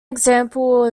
example